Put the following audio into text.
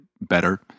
better